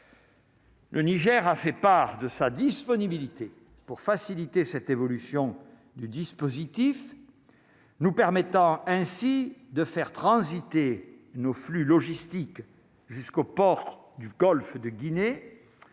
Le Niger a fait part de sa disponibilité pour faciliter cette évolution du dispositif, nous permettant ainsi de faire transiter nos flux logistiques jusqu'au port du Golfe de Guinée,